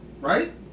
right